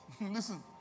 Listen